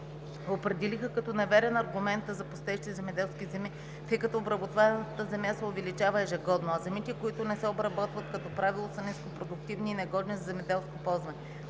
Определиха като неверен аргумента за пустеещи земеделски земи, тъй като обработваемата земя се увеличава ежегодно, а земите, които не се обработват като правило са нископродуктивни и негодни за земеделски ползване.